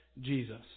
Jesus